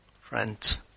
friends